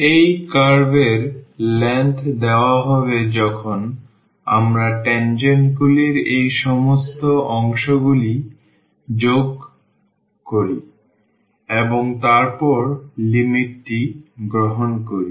এই কার্ভ এর দৈর্ঘ্য দেওয়া হবে যখন আমরা tangent গুলির এই সমস্ত অংশগুলি যোগ করি এবং তারপর লিমিট টি গ্রহণ করি